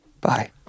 Bye